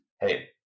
hey